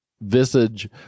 visage